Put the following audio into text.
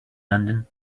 london